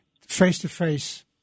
face-to-face